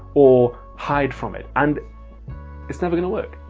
or hide from it, and it's never gonna work.